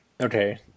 Okay